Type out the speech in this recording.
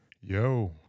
Yo